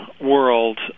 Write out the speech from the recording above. world